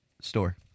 store